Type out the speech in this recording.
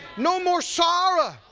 no more sorrow.